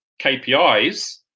KPIs